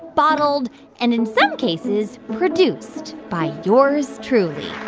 bottled and, in some cases, produced by yours truly